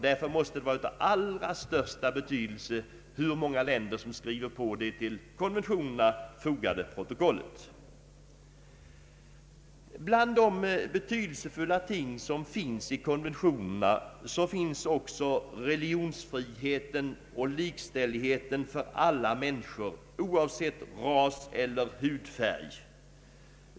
Därför måste det vara av allra största betydelse hur många länder som skriver på det till konventionerna fogade protokollet. Bland de betydelsefulla ting som finns i konventionerna är också religionsfriheten och likställigheten för alla människor oavsett ras eller hudfärg.